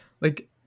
Like-